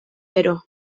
gero